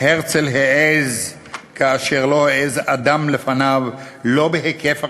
"הרצל העז כאשר לא העז אדם לפניו, לא בהיקף החזון,